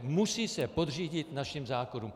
Musí se podřídit našim zákonům.